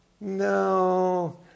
No